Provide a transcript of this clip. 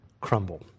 crumble